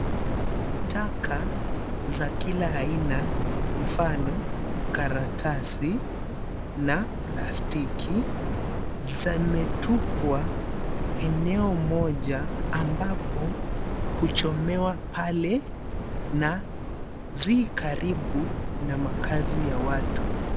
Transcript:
Taka za kila aina mfano karatasi na plastiki zimetupwa eneo moja ambapo huchomewa pale na zi karibu na makaazi ya watu.